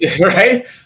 right